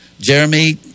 Jeremy